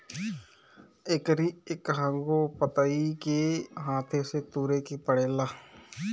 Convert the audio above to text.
एकरी एकहगो पतइ के हाथे से तुरे के पड़ेला